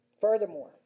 Furthermore